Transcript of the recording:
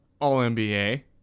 All-NBA